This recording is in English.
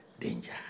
danger